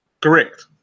Correct